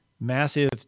massive